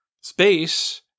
Space